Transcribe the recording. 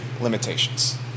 limitations